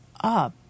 up